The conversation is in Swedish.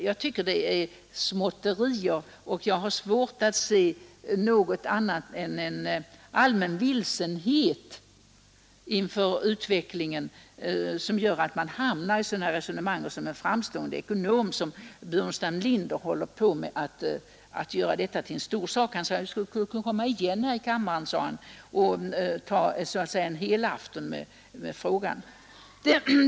Jag tycker det är småtterier och har svårt att se att det är något annat än en allmän vilsenhet inför utvecklingen som gör att man resonerar så. Hur kan en framstående ekonom som herr Burenstam Linder försöka göra detta till en stor sak? Han sade att han skulle komma igen i kammaren och ”ta en helafton i frågan”.